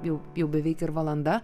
jau jau beveik ir valanda